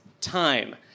time